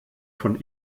von